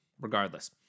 regardless